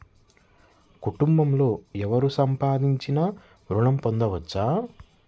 కుటుంబంలో ఎవరు సంపాదించినా ఋణం పొందవచ్చా?